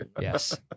yes